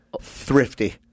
Thrifty